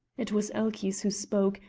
it was elchies who spoke,